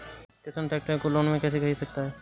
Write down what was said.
किसान ट्रैक्टर को लोन में कैसे ख़रीद सकता है?